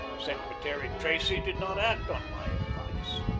secretary tracy did not act on my advice,